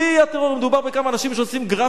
מדובר בכמה אנשים שעושים גרפיטי,